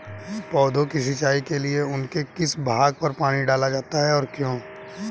पौधों की सिंचाई के लिए उनके किस भाग पर पानी डाला जाता है और क्यों?